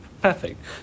Perfect